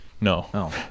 No